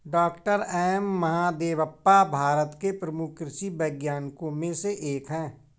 doctor M Mahadevappa Bharat के प्रमुख कृषि वैज्ञानिकों में से एक हैं